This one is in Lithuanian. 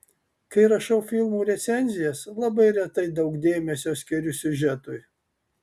kai rašau filmų recenzijas labai retai daug dėmesio skiriu siužetui